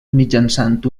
mitjançant